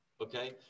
Okay